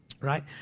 right